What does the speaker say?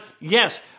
Yes